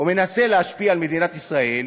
או מנסה להשפיע על מדינת ישראל,